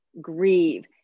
grieve